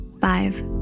Five